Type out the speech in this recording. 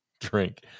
drink